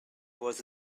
was